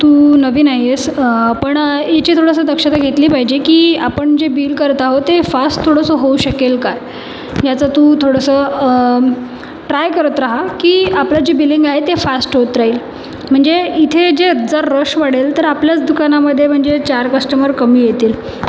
तू नवीन आहेस पण इथे थोडंसं दक्षता घेतली पाहिजे की आपण जे बिल करत आहो ते फास्ट थोडंसं होऊ शकेल काय ह्याचं तू थोडंसं ट्राय करत रहा की आपलं जे बिलिंग आहे ते फास्ट होत राहील म्हणजे इथे जे जर रश वाढेल तर आपल्याच दुकानामध्ये म्हणजे चार कस्टमर कमी येतील